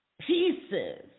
pieces